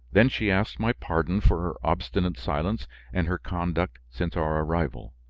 then she asked my pardon for her obstinate silence and her conduct since our arrival.